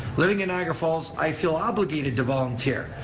living in niagara falls, i feel obligated to volunteer.